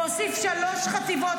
והוסיף שלוש חטיבות,